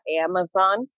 Amazon